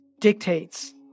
dictates